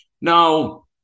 Now